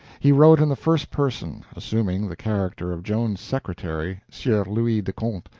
he wrote in the first person, assuming the character of joan's secretary, sieur louis de conte,